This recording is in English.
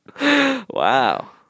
Wow